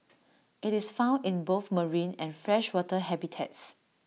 IT is found in both marine and freshwater habitats